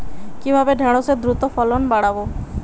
কিভাবে ঢেঁড়সের দ্রুত ফলন বাড়াব?